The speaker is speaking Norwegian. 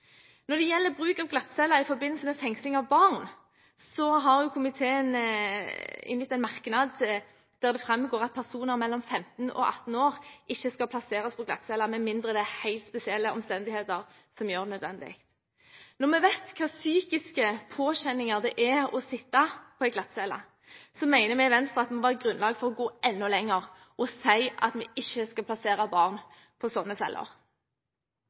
Når det gjelder bruk av glattcelle i forbindelse med fengsling av barn, har komiteen en merknad der det framgår at personer mellom 15 og 18 år ikke skal plasseres på glattcelle med mindre det er helt spesielle omstendigheter som gjør det nødvendig. Når vi vet hva slags psykisk påkjenning det er å sitte på en glattcelle, mener vi i Venstre at det må være grunnlag for å gå enda lenger og si at vi ikke skal plassere barn på